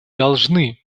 должны